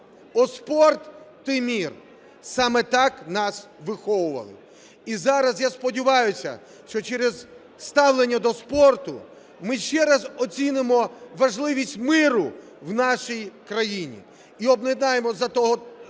спорт! Ты – мир!". Саме так нас виховували. І зараз, я сподіваюся, що через ставлення до спорту, ми ще раз оцінимо важливість миру в нашій країні і об'єднаємося заради того,